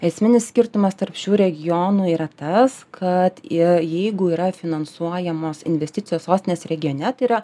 esminis skirtumas tarp šių regionų yra tas kad i jeigu yra finansuojamos investicijos sostinės regione tai yra